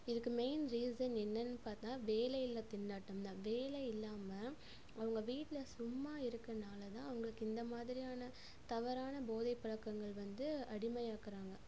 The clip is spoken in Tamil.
இதுக்கு மெயின் ரீசென் என்னன்னு பார்த்தா வேலையில்லா திண்டாட்டம் தான் வேலை இல்லாமல் அவங்க வீட்டில் சும்மா இருக்கறனால் தான் அவங்களுக்கு இந்த மாதிரியான தவறான போதை பழக்கங்கள் வந்து அடிமையாக்கிறாங்க